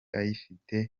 ayifite